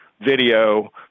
video